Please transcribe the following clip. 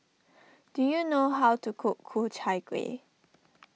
do you know how to cook Ku Chai Kueh